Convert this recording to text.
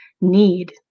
need